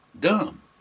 dumb